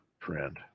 trend